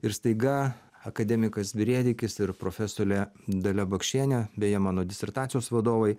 ir staiga akademikas brėdikis ir profesorė dalia bakšienė beje mano disertacijos vadovai